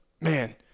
man